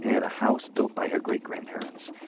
and a house built by her great grandparents.